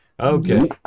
Okay